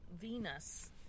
Venus